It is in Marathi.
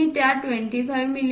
मी त्या 25 मि